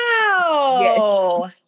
wow